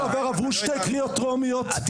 עברו שתי קריאות טרומיות,